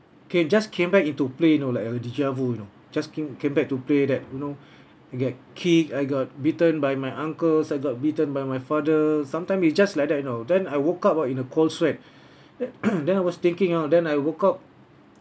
can just came back into play you know like a deja vu you know just came came back to play that you know I get kick I got beaten by my uncles I got beaten by my father sometime is just like that you know then I woke up ah in a cold sweat the~ then I was thinking uh then I woke up